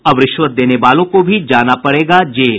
अब रिश्वत देने वालों को भी जाना पड़ेगा जेल